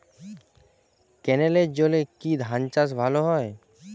ক্যেনেলের জলে কি ধানচাষ ভালো হয়?